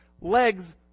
legs